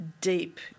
deep